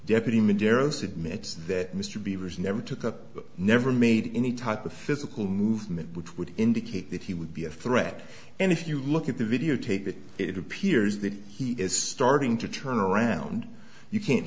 admits that mr b risen them took up never made any type of physical movement which would indicate that he would be a threat and if you look at the videotape it it appears that he is starting to turn around you can't